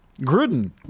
Gruden